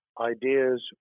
ideas